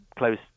close